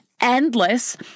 endless